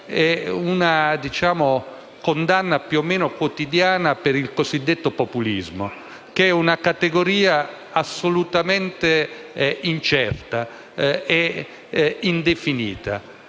e una condanna più o meno quotidiana per il cosiddetto populismo, che è una categoria assolutamente incerta e indefinita,